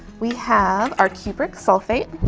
we have our cupric sulfate.